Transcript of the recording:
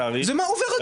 תאריך -- זה עובר רגיל.